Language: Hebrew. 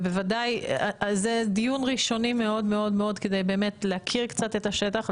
זה דיון ראשוני מאוד מאוד כדי להכיר קצת את השטח,